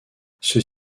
ceux